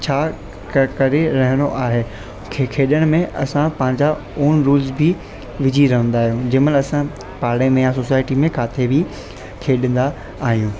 छा क करे रहिणो आहे खे खेॾण में असां पंहिंजा ओन रूल्स बि विझी रहंदा आहियूं जंहिं महिल असां पाड़े में या सोसाइटी में किथे बि खेॾंदा आहियूं